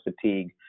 fatigue